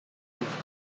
roof